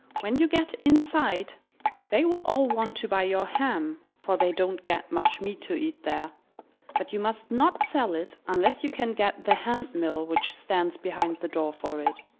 when you get inside they will all want to buy your ham, for they don't get much meat to eat there but you must not sell it unless you can get the hand-mill which stands behind the door for it.